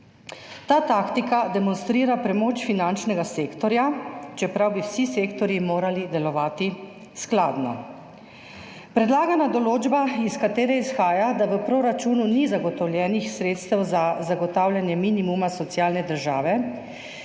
Ta taktika demonstrira premoč finančnega sektorja, čeprav bi vsi sektorji morali delovati skladno. Predlagana določba, iz katere izhaja, da v proračunu ni zagotovljenih sredstev za zagotavljanje minimuma socialne države,